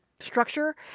structure